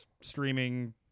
streaming